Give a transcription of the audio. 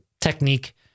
technique